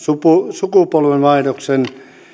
sukupolvenvaihdoksen